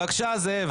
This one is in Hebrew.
בבקשה, זאב.